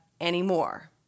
anymore